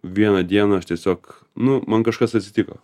vieną dieną aš tiesiog nu man kažkas atsitiko